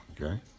Okay